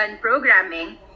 programming